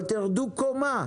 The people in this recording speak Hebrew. אבל תרדו קומה.